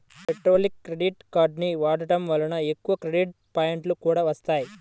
పెట్రోల్కి క్రెడిట్ కార్డుని వాడటం వలన ఎక్కువ క్రెడిట్ పాయింట్లు కూడా వత్తాయి